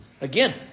Again